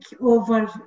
over